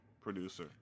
producer